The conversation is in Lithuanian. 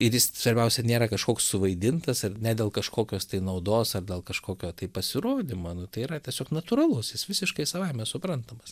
ir jis svarbiausia nėra kažkoks suvaidintas ir ne dėl kažkokios tai naudos ar dėl kažkokio tai pasirodymo nu tai yra tiesiog natūralus jis visiškai savaime suprantamas